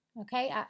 Okay